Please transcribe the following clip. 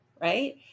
right